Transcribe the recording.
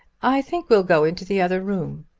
i think we'll go into the other room.